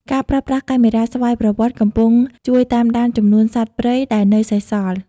ការប្រើប្រាស់កាមេរ៉ាស្វ័យប្រវត្តិកំពុងជួយតាមដានចំនួនសត្វព្រៃដែលនៅសេសសល់។